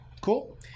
cool